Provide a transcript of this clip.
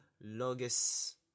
logis